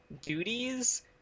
duties